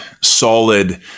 solid